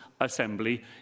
assembly